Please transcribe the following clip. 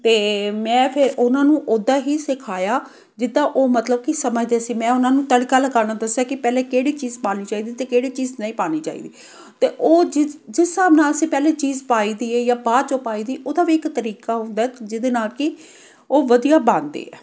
ਅਤੇ ਮੈਂ ਫਿਰ ਉਹਨਾਂ ਨੂੰ ਉੱਦਾਂ ਹੀ ਸਿਖਾਇਆ ਜਿੱਦਾਂ ਉਹ ਮਤਲਬ ਕਿ ਸਮਝਦੇ ਸੀ ਮੈਂ ਉਹਨਾਂ ਨੂੰ ਤੜਕਾ ਲਗਾਉਣਾ ਦੱਸਿਆ ਕਿ ਪਹਿਲੇ ਕਿਹੜੀ ਚੀਜ਼ ਪਾਉਣੀ ਚਾਹੀਦੀ ਅਤੇ ਕਿਹੜੀ ਚੀਜ਼ ਨਹੀਂ ਪਾਉਣੀ ਚਾਹੀਦੀ ਅਤੇ ਉਹ ਚੀਜ਼ ਜਿਸ ਹਿਸਾਬ ਨਾਲ ਅਸੀਂ ਪਹਿਲੇ ਚੀਜ਼ ਪਾਈ ਦੀ ਹੈ ਜਾਂ ਬਾਅਦ ਚੋਂ ਪਾਈ ਦੀ ਉਹਦਾ ਵੀ ਇੱਕ ਤਰੀਕਾ ਹੁੰਦਾ ਜਿਹਦੇ ਨਾਲ ਕਿ ਉਹ ਵਧੀਆ ਬਣਦੀ ਹੈ